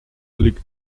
liegt